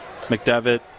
McDevitt